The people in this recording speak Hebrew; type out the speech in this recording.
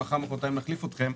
מחר-מחרתיים נחליף אתכם,